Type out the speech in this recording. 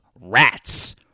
rats